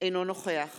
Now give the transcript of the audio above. אינו נוכח